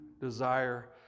desire